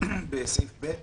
בלי קשר